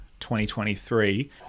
2023